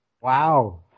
Wow